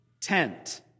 tent